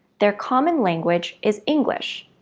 their common language is english,